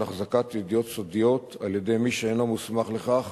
החזקת ידיעות סודיות על-ידי מי שאינו מוסמך לכך